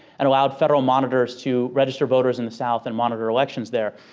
and allowed federal monitors to register voters in the south and monitor elections there.